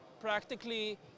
practically